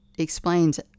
explains